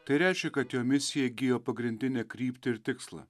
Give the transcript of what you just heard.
tai reiškia kad jo misija įgijo pagrindinę kryptį ir tikslą